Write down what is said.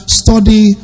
study